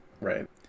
Right